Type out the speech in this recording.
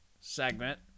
segment